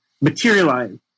materialize